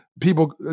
people